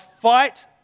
fight